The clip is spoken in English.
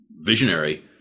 visionary